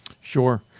Sure